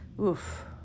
Oof